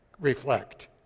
reflect